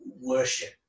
worship